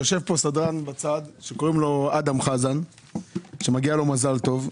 יושב כאן סדרן שקוראים לו אדם חזן שמגיע לו מזל טוב.